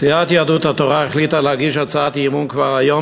סיעת יהדות התורה החליטה להגיש הצעת אי-אמון כבר היום,